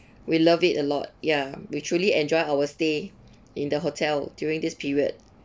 we love it a lot ya we truly enjoyed our stay in the hotel during this period